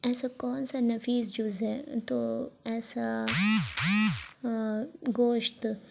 ایسا کون سا نفیس جز ہے تو ایسا گوشت